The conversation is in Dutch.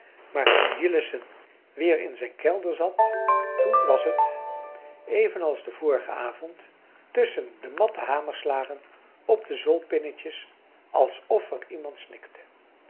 maar toen jillessen weer in zijn kelder zat toen was het evenals den vorigen avond tusschen de matte hamerslagen op de zoolpinnetjes alsof er iemand